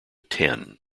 ten